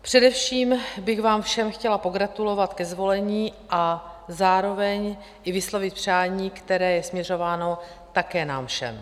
Především bych vám všem chtěla pogratulovat ke zvolení a zároveň i vyslovit přání, které je směřováno také nám všem.